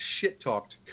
shit-talked